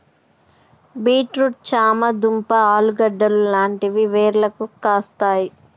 beat root చామ దుంప ఆలుగడ్డలు లాంటివి వేర్లకు కాస్తాయి